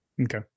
Okay